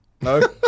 No